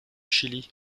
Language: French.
chili